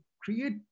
create